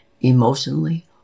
emotionally